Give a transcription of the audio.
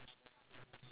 okay